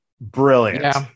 Brilliant